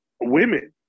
women